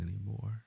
anymore